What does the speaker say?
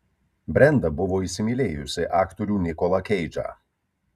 brenda buvo įsimylėjusi aktorių nikolą keidžą